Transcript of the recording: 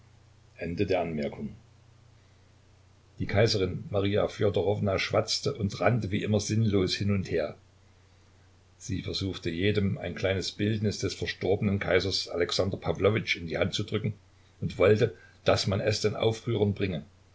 die kaiserin maria fjodorowna schwatzte und rannte wie immer sinnlos hin und her sie versuchte jedem ein kleines bildnis des verstorbenen kaisers alexander pawlowitsch in die hand zu drücken und wollte daß man es den aufrührern bringe